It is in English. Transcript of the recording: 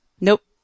Nope